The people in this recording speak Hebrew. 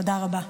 תודה רבה.